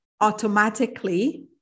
Automatically